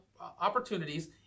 opportunities